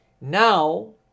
now